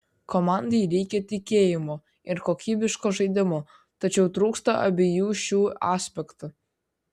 komandai reikia tikėjimo ir kokybiško žaidimo tačiau trūksta abiejų šių aspektų